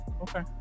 okay